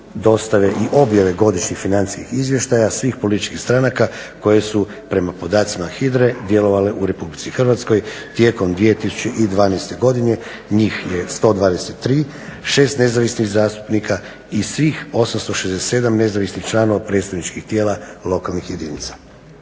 i objave godišnjih financijskih izvještaja svih političkih stranaka koje su prema podacima HIDR-e djelovale u RH tijekom 2012.godine njih je 123, 6 nezavisnih zastupnika i svih 867 nezavisnih članove predstavničkih tijela lokalnih jedinica.